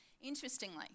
interestingly